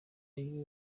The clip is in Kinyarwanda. y’u